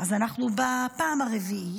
אנחנו בפעם הרביעית.